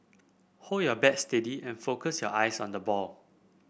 hold your bat steady and focus your eyes on the ball